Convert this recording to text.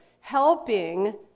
helping